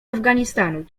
afganistanu